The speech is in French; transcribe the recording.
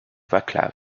václav